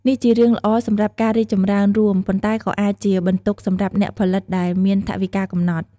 នេះជារឿងល្អសម្រាប់ការរីកចម្រើនរួម ប៉ុន្តែក៏អាចជាបន្ទុកសម្រាប់អ្នកផលិតដែលមានថវិកាកំណត់។